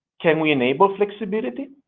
can we enable flexibility?